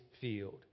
field